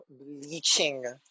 bleaching